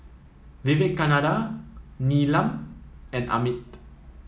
Vivekananda Neelam and Amit